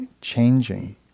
changing